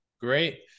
Great